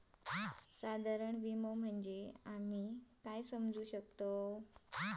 साधारण विमो आम्ही काय समजू शकतव?